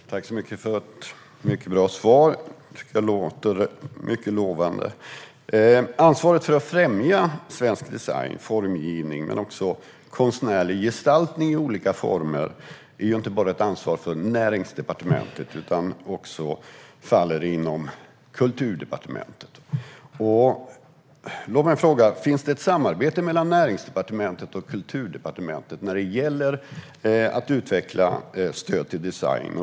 Fru talman! Tack för ett mycket bra svar! Det låter mycket lovande. Ansvaret för att främja svensk design och formgivning, men också konstnärlig gestaltning i olika former, ligger inte bara på Näringsdepartementet utan också på Kulturdepartementet. Finns det ett samarbete mellan Näringsdepartementet och Kulturdepartementet när det gäller att utveckla stöd till design?